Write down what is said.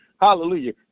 Hallelujah